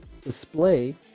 display